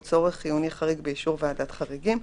צורך חיוני חריג באישור ועדת חריגים,